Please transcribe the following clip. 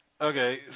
Okay